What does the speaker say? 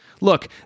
Look